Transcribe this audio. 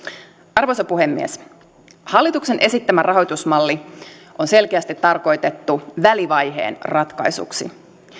arvoisa puhemies hallituksen esittämä rahoitusmalli on selkeästi tarkoitettu välivaiheen ratkaisuksi